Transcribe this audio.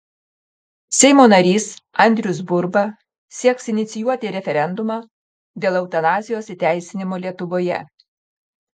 seimo narys andrius burba sieks inicijuoti referendumą dėl eutanazijos įteisinimo lietuvoje